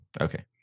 Okay